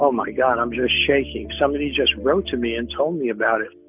um my god, i'm just shaking. somebody just wrote to me and told me about it.